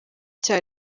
icya